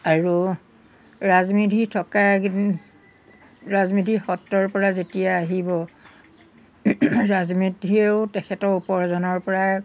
আৰু ৰাজমেধি থকাকেইদিন ৰাজমেধি সত্ৰৰ পৰা যেতিয়া আহিব ৰাজমেধিয়েও তেখেতৰ ওপৰৰজনৰ পৰাই